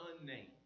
unnamed